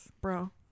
bro